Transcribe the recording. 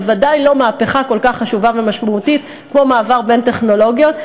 בוודאי לא מהפכה כל כך חשובה ומשמעותית כמו מעבר בין טכנולוגיות.